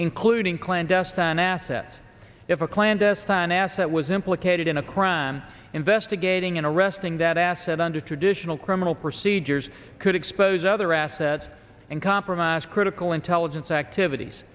including clandestine assets if a clandestine asset was implicated in a crime investigating and arresting that asset under traditional criminal procedures could expose other assets and compromised critical intelligence activities